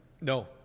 No